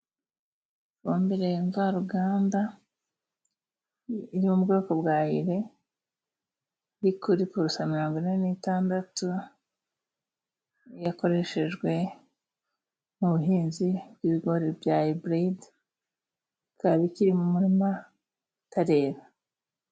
Ifumbere y'imvaruganda iri mu bwoko bwa ire, iri kuri purusa ya mirongo ine n'itandatu, yakoreshejwe mu buhinzi bw'ibigori bya iburide, bikaba bikiri mu murima bitarera.